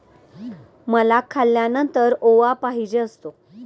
मला खाल्यानंतर ओवा पाहिजे असतो